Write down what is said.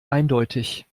eindeutig